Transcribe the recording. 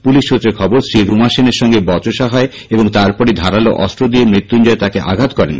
police সূত্রে খবর স্ত্রী রুমা সেনের সঙ্গে বচসা হয় এবং তারপরই ধারালো অস্ত্র দিয়ে মৃত্যুঞ্জয় তাঁকে আঘাত করেন